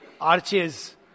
arches